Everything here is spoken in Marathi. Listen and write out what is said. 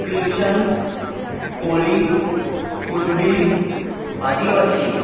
क्रिच्चन कोळी कुणबी आदिवासी